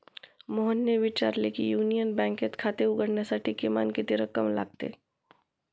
मोहनने विचारले की युनियन बँकेत खाते उघडण्यासाठी किमान किती रक्कम लागते?